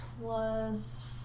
plus